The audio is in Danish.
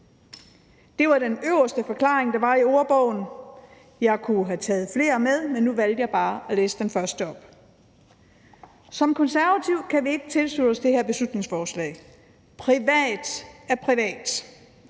der stod øverst på siden i ordbogen. Jeg kunne have taget flere med, men nu valgte jeg bare at læse den første op. Som Konservative kan vi ikke tilslutte os det her beslutningsforslag. Privat er privat.